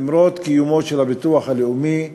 למרות קיומו של הביטוח הלאומי.